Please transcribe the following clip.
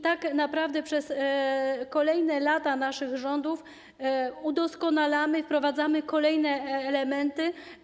Tak naprawdę przez kolejne lata naszych rządów udoskonalamy, wprowadzamy kolejne elementy.